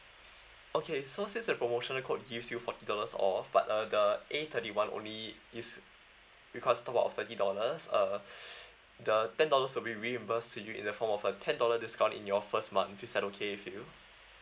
okay so since the promotional code gives you forty dollars off but uh the A thirty one only is because took off thirty dollars uh the ten dollars will be reimbursed to you in the form of a ten dollar discount in your first month is that okay with you